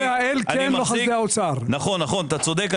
אתה צודק.